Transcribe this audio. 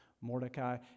Mordecai